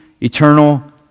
eternal